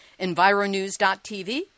EnviroNews.tv